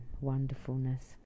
wonderfulness